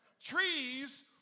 Trees